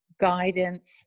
guidance